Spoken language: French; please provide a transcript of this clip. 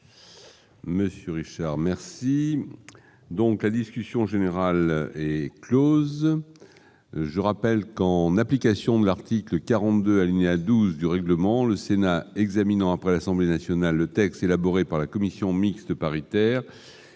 Monsieur Richard merci donc la discussion générale est Close, je rappelle qu'en application de l'article 42 alignés à 12 du règlement, le Sénat examinant après Assemblée Nationale le texte élaboré par la commission mixte paritaire,